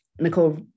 Nicole